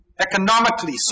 economically